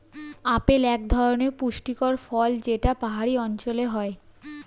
apple এক ধরনের পুষ্টিকর ফল যেটা পাহাড়ি অঞ্চলে হয়